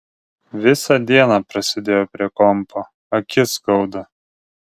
visą dieną prasėdėjau prie kompo akis skauda